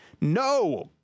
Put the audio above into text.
No